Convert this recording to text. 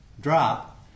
drop